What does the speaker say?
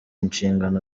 inshingano